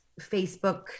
facebook